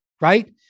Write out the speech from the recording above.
right